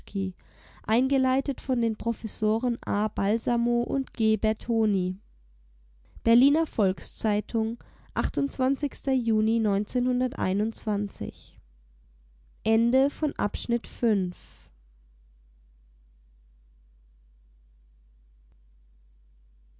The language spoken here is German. eingeleitet von den professoren a balsamo und g bertoni berliner volks-zeitung juni